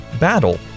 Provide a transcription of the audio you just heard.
Battle